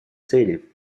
цели